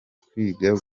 kwiga